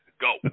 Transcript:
Go